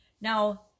now